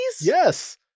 yes